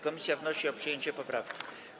Komisja wnosi o przyjęcie tej poprawki.